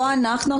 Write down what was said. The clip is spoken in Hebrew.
לא אנחנו.